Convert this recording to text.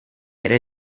error